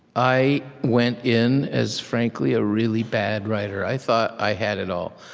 i went in as, frankly, a really bad writer. i thought i had it all.